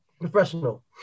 professional